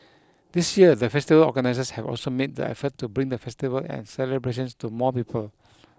this year the festival organisers have also made the effort to bring the festival and celebrations to more people